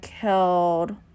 killed